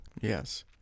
Yes